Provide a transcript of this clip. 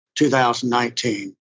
2019